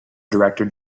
director